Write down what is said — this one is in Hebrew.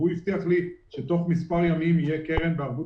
והוא הבטיח לי שבתוך מספר ימים תהיה קרן בערבות